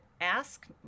ask